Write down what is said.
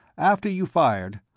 after you fired,